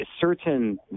certain